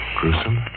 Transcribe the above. Gruesome